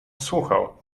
słuchał